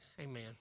Amen